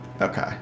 Okay